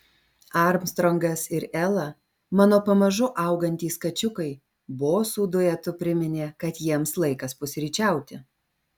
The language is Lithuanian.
armstrongas ir ela mano pamažu augantys kačiukai bosų duetu priminė kad jiems laikas pusryčiauti